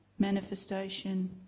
Manifestation